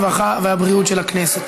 הרווחה והבריאות נתקבלה.